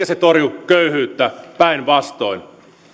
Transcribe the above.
se torju köyhyyttä päinvastoin